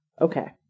Okay